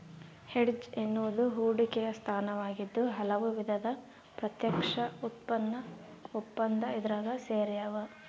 hedge ಎನ್ನುವುದು ಹೂಡಿಕೆಯ ಸ್ಥಾನವಾಗಿದ್ದು ಹಲವು ವಿಧದ ಪ್ರತ್ಯಕ್ಷ ಉತ್ಪನ್ನ ಒಪ್ಪಂದ ಇದ್ರಾಗ ಸೇರ್ಯಾವ